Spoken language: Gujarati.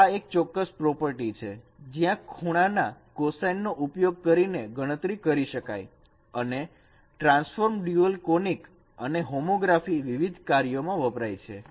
તો આ એક ચોક્કસ પ્રોપર્ટી છે જ્યાં ખુણાના કોસાઇન નો ઉપયોગ કરીને ગણતરી કરી શકાય અને ટ્રાન્સફોર્મ ડ્યુઅલ કોનીક અને હોમોગ્રાફી વિવિધ કાર્યોમાં વપરાય છે